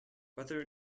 whether